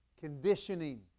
Conditioning